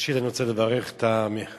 ראשית, אני רוצה לברך את המציע,